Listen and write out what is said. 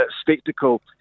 spectacle